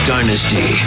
Dynasty